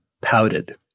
pouted